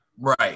Right